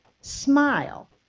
smile